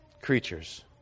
creatures